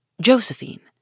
Josephine